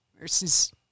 versus